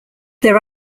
there